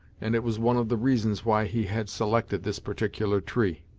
and it was one of the reasons why he had selected this particular tree.